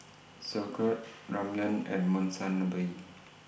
Sauerkraut Ramyeon and Monsunabe